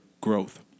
growth